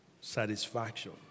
satisfaction